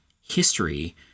history